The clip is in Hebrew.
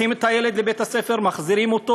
לוקחים את הילד לבית-הספר ומחזירים אותו.